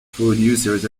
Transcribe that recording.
producers